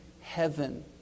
heaven